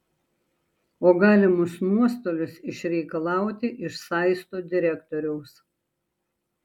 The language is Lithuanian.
o galimus nuostolius išreikalauti iš saisto direktoriaus